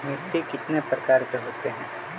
मिट्टी कितने प्रकार के होते हैं?